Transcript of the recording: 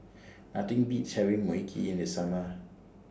Nothing Beats having Mui Kee in The Summer